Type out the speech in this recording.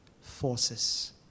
forces